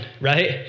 right